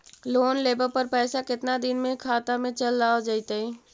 Loan लेब पर पैसा कितना दिन में खाता में चल आ जैताई?